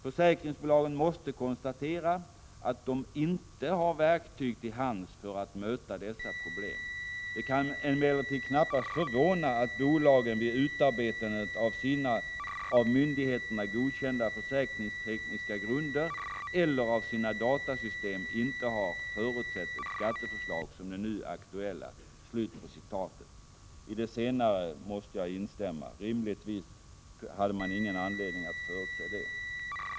Försäkringsbolagen måste konstatera att de inte har verktyg till hands för att möta dessa problem. Det kan emellertid knappast förvåna att bolagen vid utarbetandet av sina av myndigheterna godkända försäkringstekniska grunder eller av sina datasystem inte har förutsett ett skatteförslag som det nu aktuella.” I det senare måste jag instämma. Rimligtvis hade man ingen anledning att förutse detta.